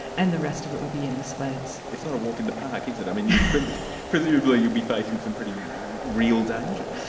and the rest of it will be in the sleds. it's not a walk in the park, is it, i mean presumably you'll be facing some pretty real dangers.